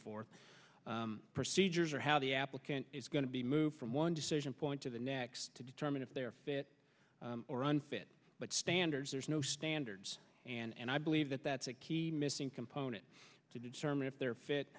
forth procedures or how the applicant is going to be moved from one decision point to the next to determine if they are fit or unfit but standards there's no standards and i believe that that's a key missing component to determine if they're fit